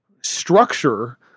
structure